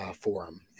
Forum